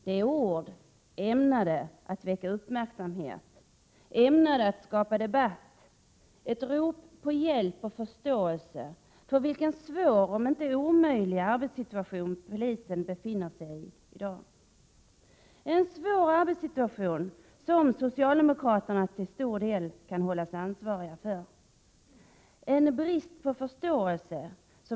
Det är ord ämnade att väcka uppmärksamhet, ämnade att skapa debatt, ett rop på hjälp och förståelse för vilken svår om inte omöjlig arbetssituation som polisen befinner sig i i dag och som socialdemokraterna till stor del kan hållas ansvariga för.